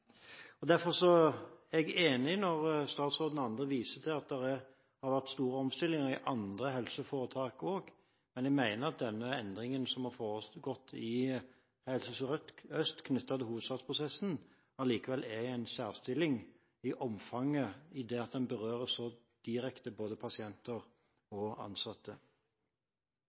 budsjettene. Derfor er jeg enig når statsråden og andre viser til at det har vært store omstillinger i andre helseforetak også, men jeg mener at denne endringen som har foregått i Helse Sør-Øst, knyttet til hovedstadsprosessen, allikevel er i en særstilling i omfang ved at den berører så direkte både pasienter og ansatte.